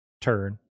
turn